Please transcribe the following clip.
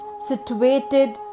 situated